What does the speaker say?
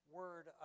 word